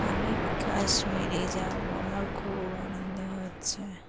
আমি কাশ্মীরে যাবো আমার খুব আনন্দ হচ্ছে